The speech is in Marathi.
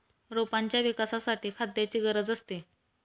रोपांच्या विकासासाठी खाद्याची गरज असते